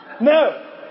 No